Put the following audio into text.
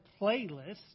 Playlist